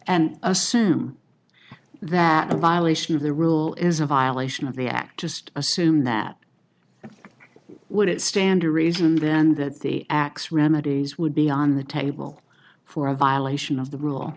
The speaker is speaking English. and assume that the violation of the rule is a violation of the act just assume that would it stand a reason then that the x remedies would be on the table for a violation of the rule